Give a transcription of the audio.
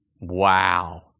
wow